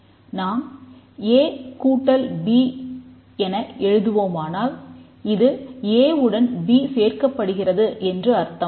நாம் ab என எழுத்துவோமானால் இது ஏ என்று அர்த்தம்